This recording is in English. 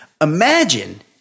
Imagine